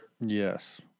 Yes